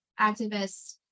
activists